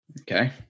Okay